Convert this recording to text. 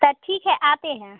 तो ठीक है आते हैं